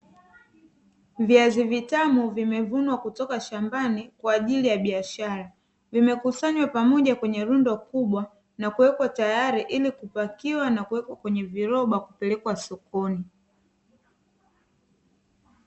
Viazi vitamu vinevunwa kutoka shambani, kwa ajili ya biashara, vimekusanywa pamoja kwenye rundo kubwa na kuwekwa tayari ili kupakiwa na kuwekwa kwenye viroba kupelekwa sokoni.